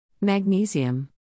Magnesium